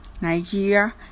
Nigeria